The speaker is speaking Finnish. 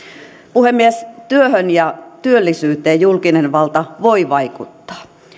puhemies työhön ja työllisyyteen julkinen valta voi vaikuttaa